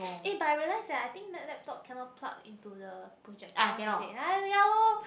eh but I realise eh I think Mac laptop cannot plug into the projector one is it ya lor